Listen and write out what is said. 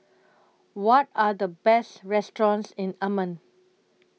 What Are The Best restaurants in Amman